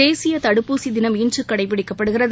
தேசிய தடுப்பூசி தினம் இன்று கடைபிடிக்கப்பட்டது